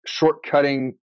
shortcutting